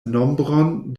nombron